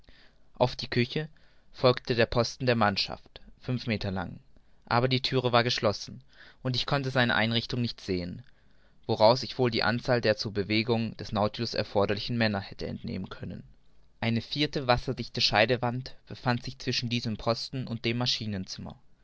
auf die küche folgte der posten der mannschaft fünf meter lang aber die thüre war geschlossen und ich konnte seine einrichtung nicht sehen woraus ich wohl die anzahl der zur bewegung des nautilus erforderlichen männer hätte entnehmen können eine vierte wasserdichte scheidewand befand sich zwischen diesem posten und dem